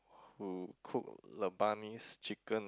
who cook Lebanese chicken